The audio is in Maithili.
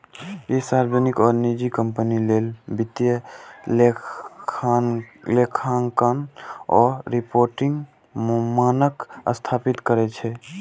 ई सार्वजनिक आ निजी कंपनी लेल वित्तीय लेखांकन आ रिपोर्टिंग मानक स्थापित करै छै